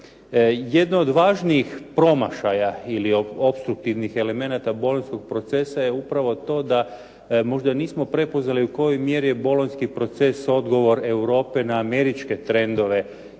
Jedno od važnijih promašaja ili opstruktivnih elemenata Bolonjskog procesa je upravo to da možda nismo prepoznali u kojoj mjeri je Bolonjski proces odgovor Europe na američke trendove